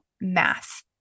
math